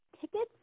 tickets